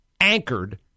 anchored